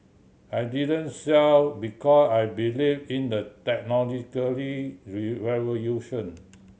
I didn't sell because I believe in the technological revolution